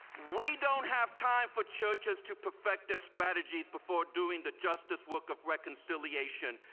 we don't have time for churches to perfect their strategies before doing the justice work of reconciliation,